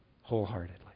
wholeheartedly